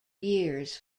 years